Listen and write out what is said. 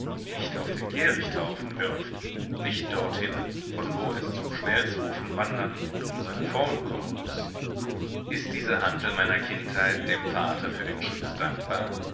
nicht auf den kehrichthaufen wirft nicht dorthin von wo es zum schmelzofen wandern und um seine form kommen muß ist diese hantel meiner kindheit dem vater für den schutz dankbar